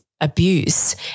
abuse